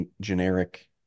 generic